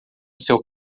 seu